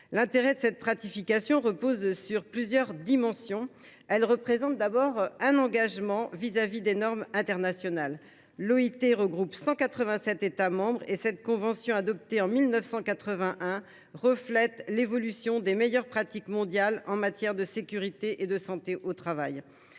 L’intérêt de cette ratification est multiple. Elle représente d’abord un engagement à l’égard des normes internationales. L’OIT regroupe 187 États membres et cette convention, adoptée en 1981, reflète l’évolution des meilleures pratiques mondiales en matière de sécurité et de santé au travail.